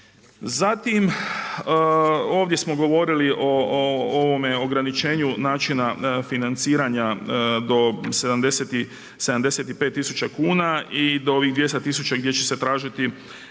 Zatim, ovdje smo govorili o ovome ograničenju načina financiranja do 75 tisuća kuna i do ovih 200 tisuća gdje će se tražiti